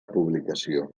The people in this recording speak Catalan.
publicació